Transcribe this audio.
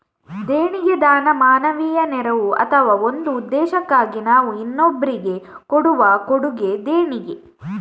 ದೇಣಿಗೆ ದಾನ, ಮಾನವೀಯ ನೆರವು ಅಥವಾ ಒಂದು ಉದ್ದೇಶಕ್ಕಾಗಿ ನಾವು ಇನ್ನೊಬ್ರಿಗೆ ಕೊಡುವ ಕೊಡುಗೆ ದೇಣಿಗೆ